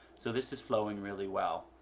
so, this is flowing really well.